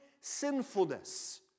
sinfulness